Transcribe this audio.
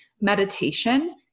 meditation